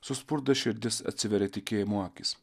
suspurda širdis atsiveria tikėjimo akys